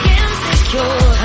insecure